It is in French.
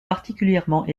particulièrement